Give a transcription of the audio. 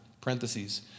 parentheses